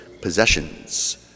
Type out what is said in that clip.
possessions